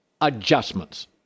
adjustments